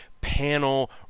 Panel